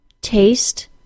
Taste